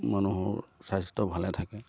মানুহৰ স্বাস্থ্য ভালে থাকে